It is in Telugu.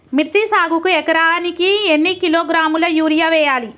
మిర్చి సాగుకు ఎకరానికి ఎన్ని కిలోగ్రాముల యూరియా వేయాలి?